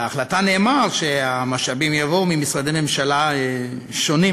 בהחלטה נאמר שהמשאבים יבואו ממשרדי ממשלה שונים,